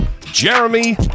Jeremy